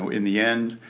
so in the end,